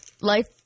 Life